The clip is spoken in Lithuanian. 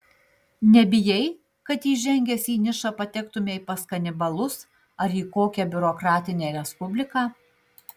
nebijai kad įžengęs į nišą patektumei pas kanibalus ar į kokią biurokratinę respubliką